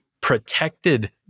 protected